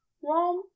warm